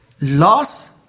Loss